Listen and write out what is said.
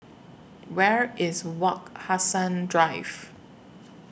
Where IS Wak Hassan Drive